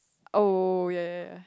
oh yea yea yea